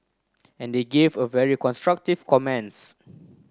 and they gave a very constructive comments